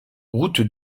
route